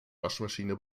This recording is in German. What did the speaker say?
waschmaschine